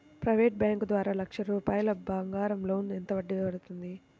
Private bank ద్వారా లక్ష రూపాయలు బంగారం లోన్ ఎంత వడ్డీ పడుతుంది?